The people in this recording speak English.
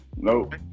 nope